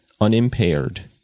unimpaired